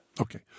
Okay